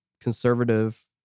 conservative